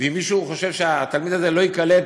ואם מישהו חושב שהתלמיד הזה לא ייקלט,